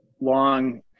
long